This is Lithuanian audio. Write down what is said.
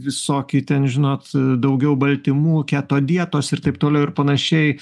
visokie ten žinot daugiau baltymų keto dietos ir taip toliau ir panašiai